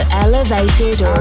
elevated